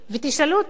ותשאלו אותי: